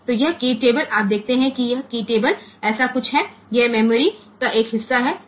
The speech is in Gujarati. તેથી આ કી ટેબલ આપણે જોઈએ છીએ અને તે કી ટેબલમાં કંઈક આના જેવું હોય છે તે મેમરીનો એક ભાગ છે જ્યાં મેં તમામ કી વેલ્યુ સંગ્રહિત કરી છે